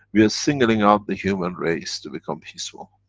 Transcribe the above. we are singling out the human race to become peaceful.